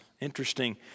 Interesting